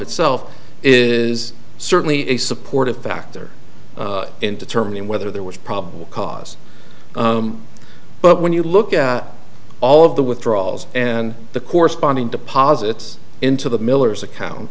itself is certainly a supportive factor in determining whether there was probable cause but when you look at all of the withdrawals and the corresponding deposits into the miller's account